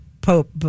pope